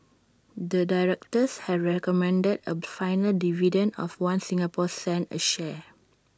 the directors have recommended A final dividend of One Singapore cent A share